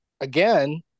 Again